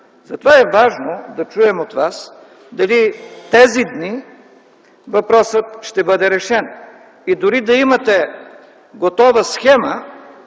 тютюни. Важно е да чуем от Вас дали тези дни въпросът ще бъде решен. Дори да имате готова схема,